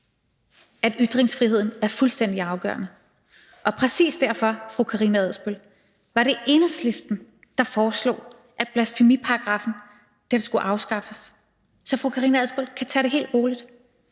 at ytringsfriheden er fuldstændig afgørende. Præcis derfor, fru Karina Adsbøl, var det Enhedslisten, der foreslog, at blasfemiparagraffen skulle afskaffes. Så fru Karina Adsbøl kan tage det helt roligt.